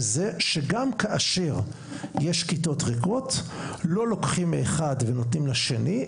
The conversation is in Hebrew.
וזה שגם כאשר יש כיתות ריקות לא לוקחים מאחד ונותנים לשני,